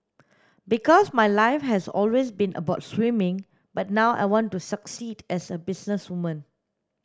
because my life has always been about swimming but now I want to succeed as a businesswoman